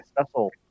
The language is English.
special